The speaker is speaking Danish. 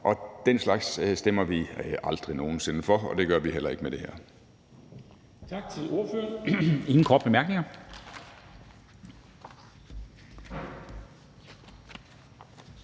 Den slags stemmer vi aldrig nogen sinde for, og det gør vi heller ikke her.